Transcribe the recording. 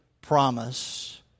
promise